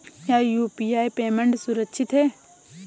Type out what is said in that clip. क्या UPI payment सुरक्षित है?